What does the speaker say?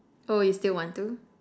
oh you still want to